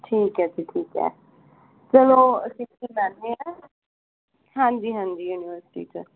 ਠੀਕ ਹੈ ਜੀ ਠੀਕ ਹੈ ਚੱਲੋ ਅਸੀਂ ਫਿਰ ਆਉਂਦੇ ਹਾਂ ਹਾਂਜੀ ਹਾਂਜੀ ਬਸ ਠੀਕ ਹੈ